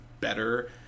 better